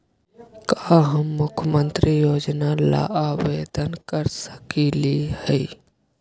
का हम मुख्यमंत्री योजना ला आवेदन कर सकली हई?